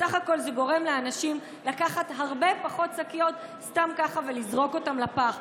בסך הכול זה גורם לאנשים לקחת הרבה פחות שקיות סתם ככה ולזרוק אותן לפח.